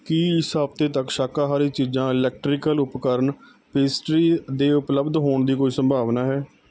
ਕੀ ਇਸ ਹਫ਼ਤੇ ਤੱਕ ਸ਼ਾਕਾਹਾਰੀ ਚੀਜ਼ਾਂ ਇਲੈਕਟ੍ਰੀਕਲ ਉਪਕਰਨ ਪੇਸਟਰੀ ਦੇ ਉਪਲਬਧ ਹੋਣ ਦੀ ਕੋਈ ਸੰਭਾਵਨਾ ਹੈ